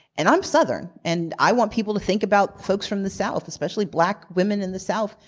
and i'm southern and i want people to think about folks from the south, especially black women in the south,